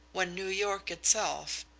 when new york itself,